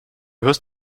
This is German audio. hörst